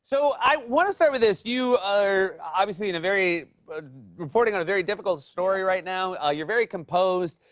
so i want to start with this. you are, obviously, in a very but reporting on a very difficult story right now. ah you're very composed.